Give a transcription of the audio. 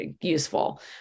useful